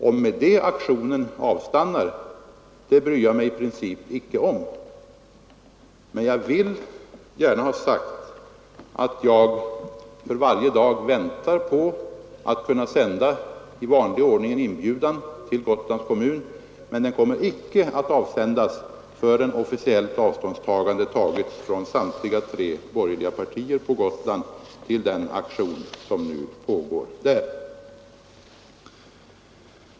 Om aktionen därmed avstannar bryr jag mig i princip icke om. Jag vill gärna ha sagt att jag varje dag väntar på att i vanlig ordning kunna sända en inbjudan till Gotlands kommun. Den kommer emellertid inte att avsändas förrän det har kommit ett officiellt avståndstagande från samtliga tre borgerliga partier på Gotland från den aktion som nu pågår där.